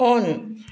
on